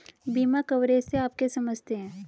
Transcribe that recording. बीमा कवरेज से आप क्या समझते हैं?